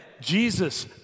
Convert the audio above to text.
Jesus